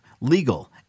legal